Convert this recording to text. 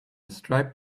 striped